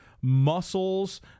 muscles